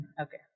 Okay